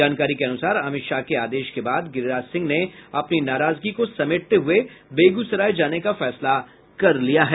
जानकारी के अनुसार अमित शाह के आदेश के बाद गिरिराज सिंह ने अपनी नाराजगी को समेटते हुए बेगूसराय जाने का फैसला कर लिया है